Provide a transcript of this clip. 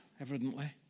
evidently